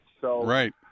right